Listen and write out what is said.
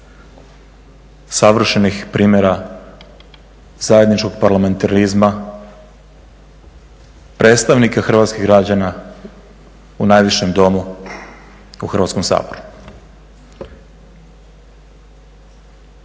savršenih primjera zajedničkog parlamentarizma, predstavnika hrvatskih građana u najvišem Domu, u Hrvatskom saboru.